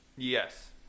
Yes